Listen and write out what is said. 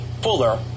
fuller